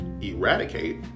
eradicate